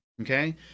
okay